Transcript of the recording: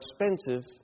expensive